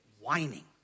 whining